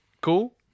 Cool